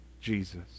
Jesus